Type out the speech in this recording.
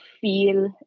feel